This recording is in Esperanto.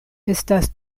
estas